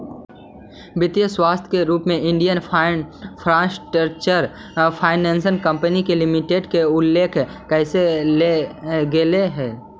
वित्तीय संस्था के रूप में Indian infrastructure finance company limited के उल्लेख कैल गेले हइ